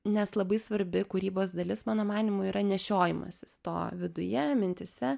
nes labai svarbi kūrybos dalis mano manymu yra nešiojimasis to viduje mintyse